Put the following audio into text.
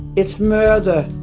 it's murder!